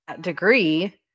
degree